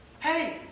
Hey